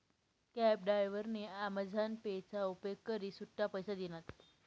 cab डायव्हरनी Amazon पे ना उपेग करी सुट्टा पैसा दिनात